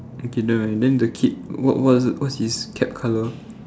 okay then the kid what what what is it what's his cap colour